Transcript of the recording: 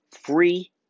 free